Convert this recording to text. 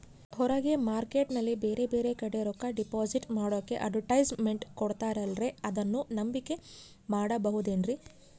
ಹೊರಗೆ ಮಾರ್ಕೇಟ್ ನಲ್ಲಿ ಬೇರೆ ಬೇರೆ ಕಡೆ ರೊಕ್ಕ ಡಿಪಾಸಿಟ್ ಮಾಡೋಕೆ ಅಡುಟ್ಯಸ್ ಮೆಂಟ್ ಕೊಡುತ್ತಾರಲ್ರೇ ಅದನ್ನು ನಂಬಿಕೆ ಮಾಡಬಹುದೇನ್ರಿ?